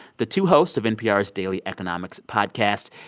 the two hosts of npr's daily economics podcast.